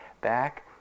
Back